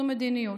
זו מדיניות.